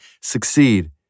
succeed